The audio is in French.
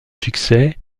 succès